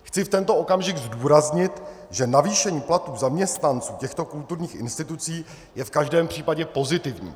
Chci v tento okamžik zdůraznit, že navýšení platů zaměstnanců těchto kulturních institucí je v každém případě pozitivní.